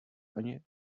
ani